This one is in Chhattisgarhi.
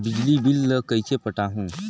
बिजली बिल ल कइसे पटाहूं?